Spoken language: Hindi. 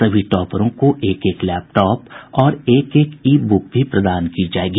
सभी टॉपरों को एक एक लैपटॉप और एक एक ई ब्रक भी प्रदान की जायेगी